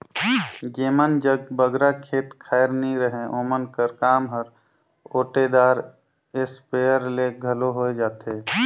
जेमन जग बगरा खेत खाएर नी रहें ओमन कर काम हर ओटेदार इस्पेयर ले घलो होए जाथे